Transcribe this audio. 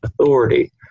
authority